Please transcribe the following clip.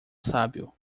sábio